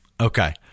Okay